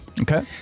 Okay